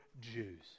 Jews